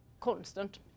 constant